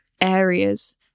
areas